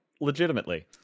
legitimately